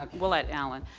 um willette allen.